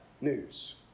news